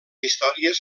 històries